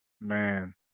Man